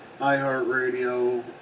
iheartradio